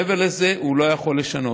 מעבר לזה הוא לא יכול לשנות.